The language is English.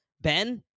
Ben